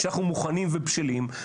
שאנחנו מוכנים ובשלים.